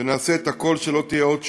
ונעשה את הכול שלא תהיה עוד שואה.